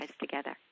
together